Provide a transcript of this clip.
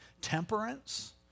temperance